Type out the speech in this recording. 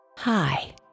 Hi